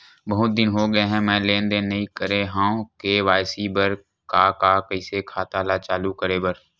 बहुत दिन हो गए मैं लेनदेन नई करे हाव के.वाई.सी बर का का कइसे खाता ला चालू करेबर?